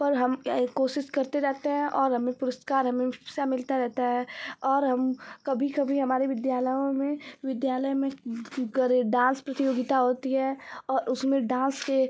पर हम एक कोशिश करते रहते है और हमें पुरस्कार हमें उत्सा मिलता रहता है और हम कभी कभी हमारे विद्यालयों में विद्यालय में डांस प्रतियोगिता होती है और उसमे डांस से